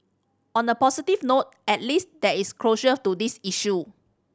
on a positive note at least there is closure to this issue